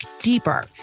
deeper